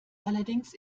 allerdings